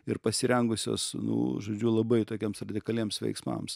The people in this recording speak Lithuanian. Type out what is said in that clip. ir pasirengusios nu žodžiu labai tokiems radikaliems veiksmams